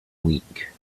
week